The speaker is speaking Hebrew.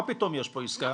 מה פתאום יש פה עסקה?